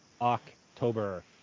October